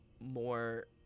more